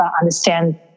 understand